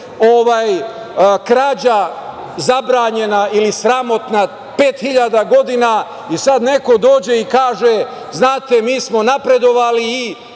krađa zabranjena ili sramotna pet hiljada godina i sad neko dođe i kaže – znate, mi smo napredovali i